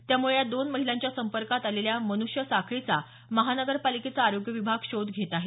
त्यामुळे या दोन्ही महिलांच्या संपर्कात आलेल्या मनुष्य साखळीचा महानगरपालिकेचा आरोग्य विभाग शोध घेत आहे